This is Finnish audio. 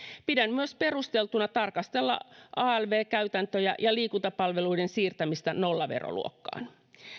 pidän myös perusteltuna tarkastella alv käytäntöjä ja liikuntapalveluiden siirtämistä nollaveroluokkaan